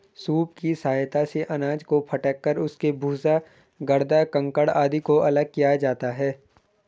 soup की सहायता से अनाज को फटक कर उसके भूसा, गर्दा, कंकड़ आदि को अलग किया जाता है